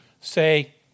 say